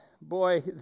boy